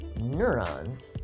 neurons